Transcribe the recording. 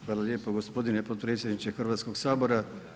Hvala lijepo gospodine potpredsjedniče Hrvatskog sabora.